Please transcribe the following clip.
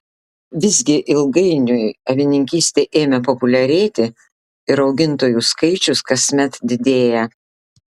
visgi ilgainiui avininkystė ėmė populiarėti ir augintojų skaičius kasmet didėja